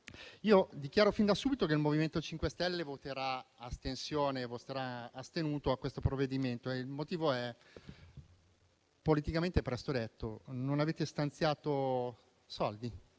Dichiaro fin da subito che il MoVimento 5 Stelle si asterrà su questo provvedimento, e il motivo è politicamente presto detto: non avete stanziato soldi,